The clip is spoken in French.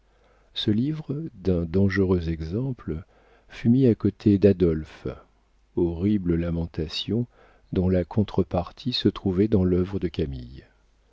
ce livre d'un dangereux exemple fut mis à côté d'adolphe horrible lamentation dont la contre-partie se trouvait dans l'œuvre de camille